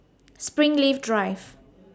Springleaf Drive